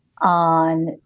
on